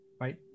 right